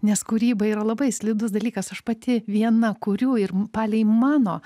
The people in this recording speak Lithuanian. nes kūryba yra labai slidus dalykas aš pati viena kuriu ir palei mano